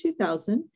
2000